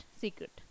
secret